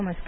नमस्कार